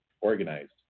organized